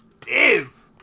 div